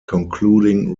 concluding